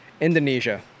Indonesia